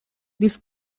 this